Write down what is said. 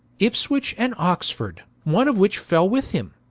ipswich and oxford one of which, fell with him,